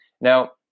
now